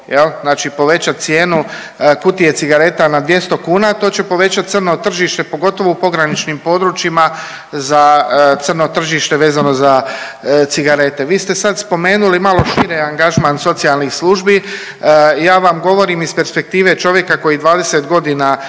znači povećat cijenu kutije cigareta na 200 kn, to će povećat crno tržište, pogotovo u pograničnim područjima za crno tržište vezano za cigarete. Vi ste sad spomenuli malo šire angažman socijalnih službi, ja vam govorim iz perspektive čovjeka koji 20.g.